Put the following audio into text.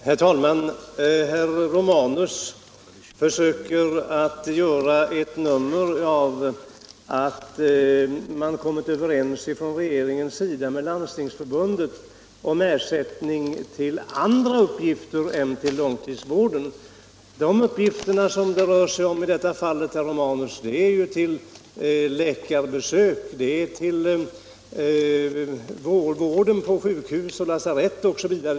Herr talman! Herr Romanus försöker att göra ett nummer av att regeringen kommit överens med Landstingsförbundet om ersättning för annat än långtidsvården. De uppgifter som det rör sig om i detta fall, herr Romanus, är läkarbesök, vården på sjukhus och lasarett osv.